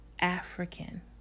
African